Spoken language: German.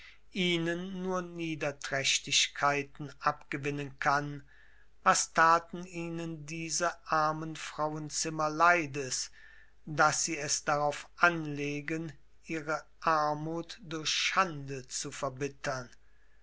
ihnen nur niederträchtigkeiten abgewinnen kann was taten ihnen diese armen frauenzimmer leides daß sie es darauf anlegen ihre armut durch schande zu verbittern